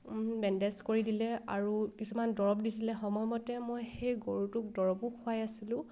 bandage কৰি দিলে আৰু কিছুমান দৰব দিছিলে সময়মতে মই সেই গৰুটোক দৰবো খোৱাই আছিলোঁ